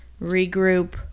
regroup